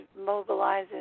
mobilizes